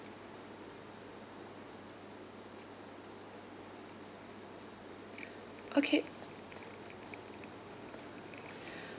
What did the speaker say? okay